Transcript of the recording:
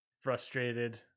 Frustrated